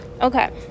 okay